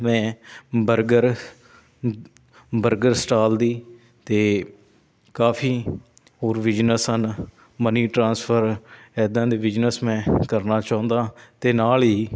ਮੈਂ burger burger stall ਦੀ ਅਤੇ ਕਾਫੀ ਹੋਰ ਬਿਜ਼ਨਸ ਹਨ ਮਨੀ ਟਰਾਂਸਫਰ ਇੱਦਾਂ ਦੇ ਬਿਜ਼ਨਸ ਮੈਂ ਕਰਨਾ ਚਾਹੁੰਦਾ ਅਤੇ ਨਾਲ ਹੀ